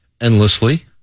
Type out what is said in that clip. endlessly